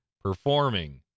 performing